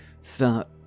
start